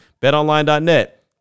BetOnline.net